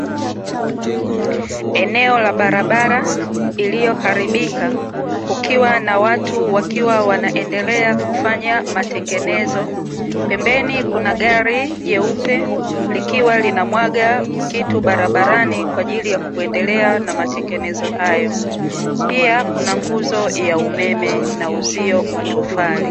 Eneo la barabara iliyoharibika kukiwa na watu wakiwa wanaendelea kufanya matengenezo. Pembeni kuna gari jeupe, likiwa linamwaga kitu barabarani kwa ajili ya kuendelea na matengenezo hayo. Pia, kuna nguzo ya umeme na uzio wa tofali.